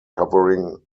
covering